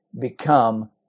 become